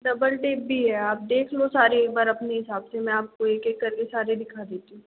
double tape भी है आप देख लो सारे एक बार अपने हिसाब से मैं आपको एक एक करके सारे दिखा देती हूँ